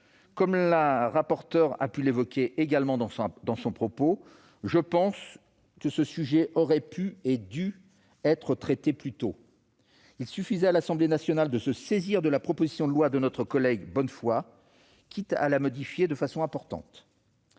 Mme la rapporteure a pu l'exprimer dans son propos liminaire, j'estime que ce sujet aurait pu et dû être traité plus tôt. Il suffisait à l'Assemblée nationale de se saisir de la proposition de loi de notre collègue Nicole Bonnefoy, quitte à la modifier de façon importante.